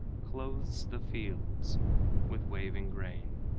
clothes the fields with waving grain,